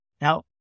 Now